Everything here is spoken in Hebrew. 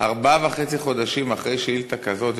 ארבעה וחצי חודשים אחרי שאילתה כזאת,